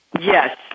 yes